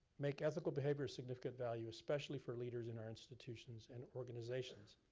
make ethical behavior a significant value, especially for leaders in our institutions and organizations.